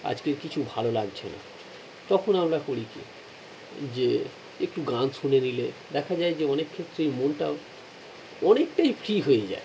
আজকে কিছু ভালো লাগঝে না তখন আমরা করি কী যে একটু গান শুনে নিলে দেখা যায় যে অনেক ক্ষেত্রেই মনটা অনেকটাই ফ্রি হয়ে যায়